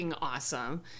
awesome